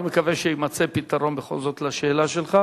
אני מקווה שיימצא פתרון, בכל זאת, לשאלה שלך.